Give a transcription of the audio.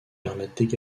permettent